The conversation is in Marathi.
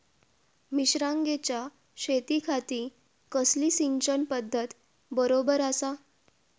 मिर्षागेंच्या शेतीखाती कसली सिंचन पध्दत बरोबर आसा?